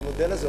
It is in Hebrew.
והמודל הזה,